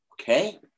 Okay